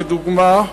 כדוגמה,